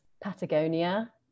Patagonia